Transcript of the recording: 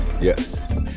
yes